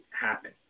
happen